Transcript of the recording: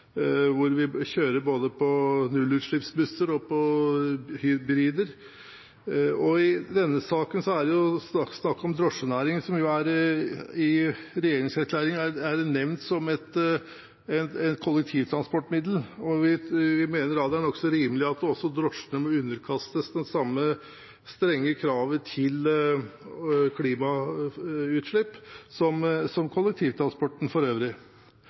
hvor man kjører både nullutslippsbusser og hybrider. I denne saken er det snakk om drosjenæringen som i regjeringserklæringen er nevnt som et kollektivtransportmiddel, og vi mener det er nokså rimelig at også drosjene må underkastes det samme strenge kravet til klimautslipp som kollektivtransporten for øvrig.